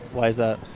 why is that?